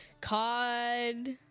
Cod